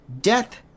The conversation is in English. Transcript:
Death